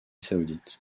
saoudite